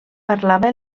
parlava